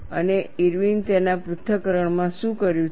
અને ઇરવિન તેના પૃથ્થકરણ માં શું કર્યું છે